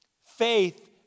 Faith